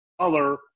color